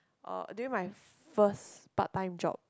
uh during my first part time job